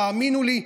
תאמינו לי,